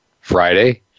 Friday